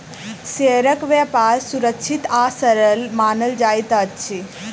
शेयरक व्यापार सुरक्षित आ सरल मानल जाइत अछि